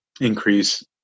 increase